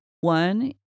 One